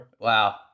Wow